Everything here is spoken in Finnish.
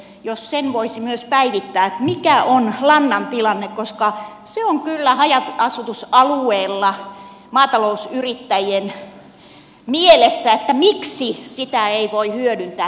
jos sen voisi myös päivittää mikä on lannan tilanne koska se on kyllä haja asutusalueilla maatalousyrittäjien mielessä että miksi sitä ei voi hyödyntää tehokkaammin